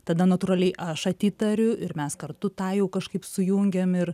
tada natūraliai aš atitariu ir mes kartu tą jau kažkaip sujungiam ir